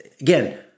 Again